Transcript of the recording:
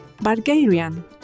Bulgarian